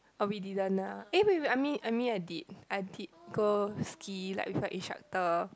uh we didn't ah eh wait wait I mean I mean I did I did go ski like with an instructor